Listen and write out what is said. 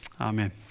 Amen